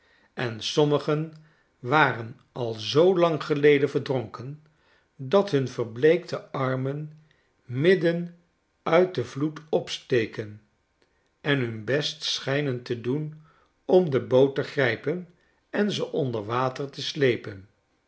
en sommigen waren al zoo lang geleden verdronken dat hun verbleekte armen midden uit den vloed opsteken en hun best schijnen te doen om de boot te grijpen en ze onder water te sleepen